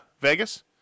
Vegas